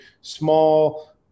small